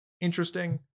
interesting